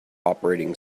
operating